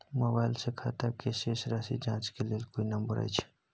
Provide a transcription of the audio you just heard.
Mobile से खाता के शेस राशि जाँच के लेल कोई नंबर अएछ?